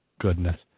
Goodness